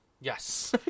Yes